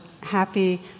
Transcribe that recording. happy